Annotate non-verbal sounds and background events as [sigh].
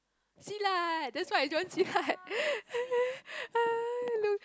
see lah that's why I join Silat [laughs] look